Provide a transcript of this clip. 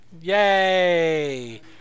yay